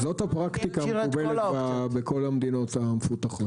זאת הפרקטיקה המקובלת בכל המדינות המפותחות.